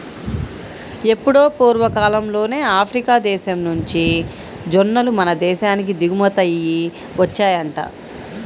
ఎప్పుడో పూర్వకాలంలోనే ఆఫ్రికా దేశం నుంచి జొన్నలు మన దేశానికి దిగుమతయ్యి వచ్చాయంట